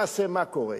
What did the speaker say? כי למעשה, מה קורה?